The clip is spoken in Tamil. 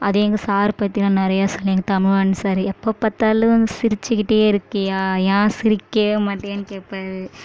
அதே எங்கள் சார் பற்றி நான் நிறைய சொல்லி எங்கள் தமிழ்வாணன் சார் எப்போ பார்த்தாலும் சிரிச்சிக்கிட்டே இருக்கியா ஏன் சிரிக்கவே மாட்டீயான்னு கேட்பாரு